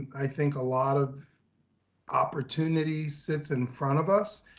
i think a lot of opportunity sits in front of us.